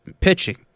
Pitching